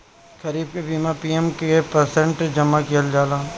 खरीफ के बीमा प्रमिएम क प्रतिशत जमा कयील जाला?